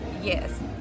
yes